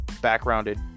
backgrounded